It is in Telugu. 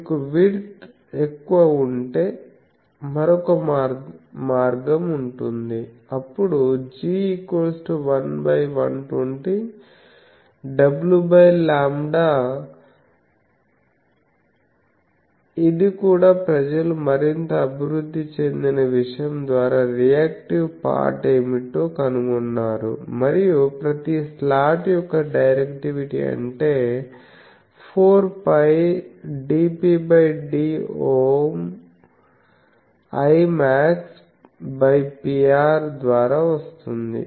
మీకు విడ్త్ ఎక్కువ ఉంటే మరొక మార్గం ఉంటుంది అప్పుడు G ≈1120wλ ఇది కూడా ప్రజలు మరింత అభివృద్ధి చెందిన విషయం ద్వారా రియాక్టివ్ పార్ట్ ఏమిటో కనుగొన్నారు మరియు ప్రతి స్లాట్ యొక్క డైరెక్టివిటీ అంటే 4π dPdΩ Imax Pr ద్వారా వస్తుంది